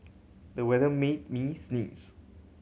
the weather made me sneeze